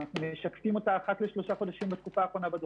אנחנו משקפים אותה אחת לשלושה חודשים בדוחות,